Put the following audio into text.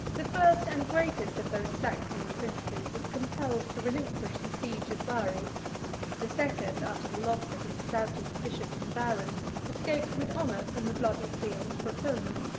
the first and greatest of those saxon princes was compelled to relinquish the siege of bari the second, after the loss of his stoutest bishops and barons, escaped with honor from the bloody field of crotona.